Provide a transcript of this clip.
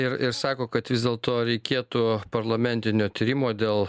ir ir sako kad vis dėlto reikėtų parlamentinio tyrimo dėl